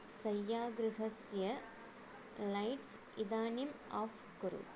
शय्यागृहस्य lights इदानीम् off कुरु